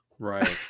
Right